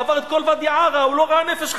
הוא עבר את כל ואדי-עארה, הוא לא ראה נפש חיה.